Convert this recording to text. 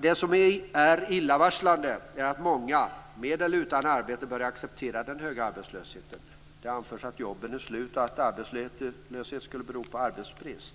Det som är illavarslande är att många med eller utan arbete börjar acceptera den höga arbetslösheten. Det anförs att jobben är slut och att arbetslöshet skulle bero på arbetsbrist.